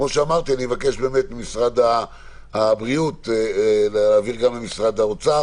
כמו שאמרתי אני מבקש ממשרד הבריאות ולהעביר גם למשרד האוצר